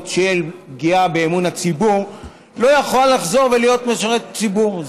של פגיעה באמון הציבור לא יכול לחזור ולהיות משרת ציבור.